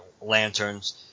lanterns